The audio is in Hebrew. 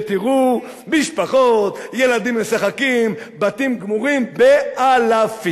ותראו משפחות, ילדים משחקים, בתים גמורים באלפים.